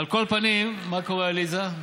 על כל פנים, מה קורה, עליזה?